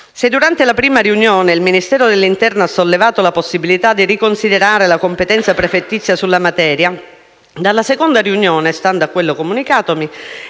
Se durante la prima riunione il Ministero dell'interno ha sollevato la possibilità di riconsiderare la competenza prefettizia sulla materia, dalla seconda riunione - stando a quello comunicatomi